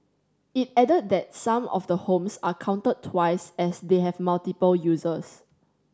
it added that some of the homes are counted twice as they have multiple uses